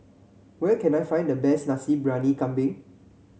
where can I find the best Nasi Briyani Kambing